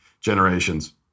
generations